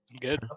Good